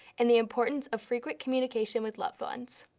and the importance of frequent communication with loved ones.